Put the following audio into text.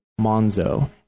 Monzo